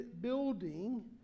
building